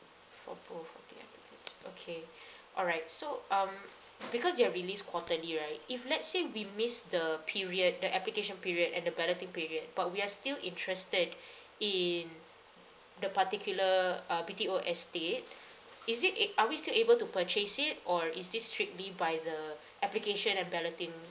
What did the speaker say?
for both okay ya okay all right so um because they'll release quarterly right if let's say we miss the period the application period and the balloting period but we are still interested in the particular uh B_T_O estate is it eh are we still able to purchase it or is this strictly by the application and balloting